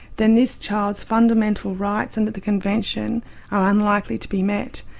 then this child's fundamental rights under the convention are unlikely to be met.